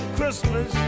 Christmas